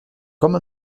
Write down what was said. comme